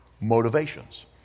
motivations